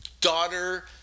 daughter